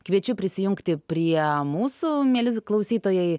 kviečiu prisijungti prie mūsų mieli klausytojai